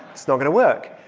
it's not going to work.